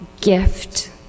gift